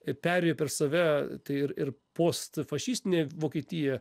ir perėjo per save tai ir ir postfašistinė vokietija